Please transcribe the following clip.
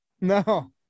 No